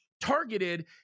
targeted